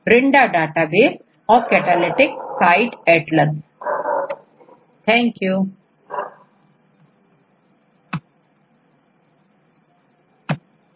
Brenda database औरCSA के द्वारा कैटालिटिक साइट रेसिड्यू के बारे में जाना जा सकता है